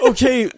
Okay